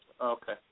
Okay